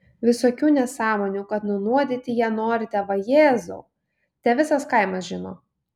visokių nesąmonių kad nunuodyti ją norite vajezau te visas kaimas žino